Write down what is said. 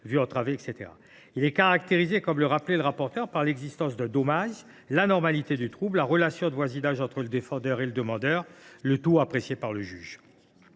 Elle est caractérisée, comme l’a rappelé la rapporteure, par l’existence d’un dommage, l’anormalité du trouble, la relation de voisinage entre le défendeur et le demandeur, selon l’appréciation du juge.